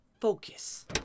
focus